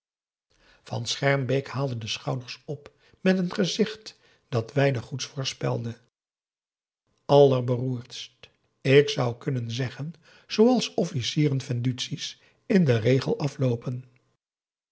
van schermbeek haalde de schouders op met een gezicht dat weinig goeds voorspelde allerberoerdst ik zou kunnen zeggen zooals officierenvenduties in den regel afloopen